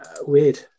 weird